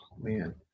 Man